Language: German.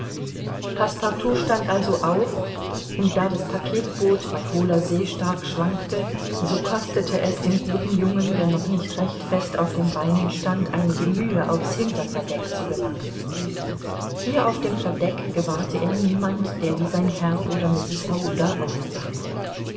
stand also auf und da das packetboot bei hohler see stark schwankte so kostete es dem guten jungen der noch nicht recht fest auf den beinen stand einige mühe auf's hinterverdeck zu gelangen hier auf dem verdeck gewahrte er niemand der wie sein herr oder mrs aouda aussah